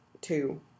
two